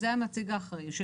זה הנציג האחראי שלי.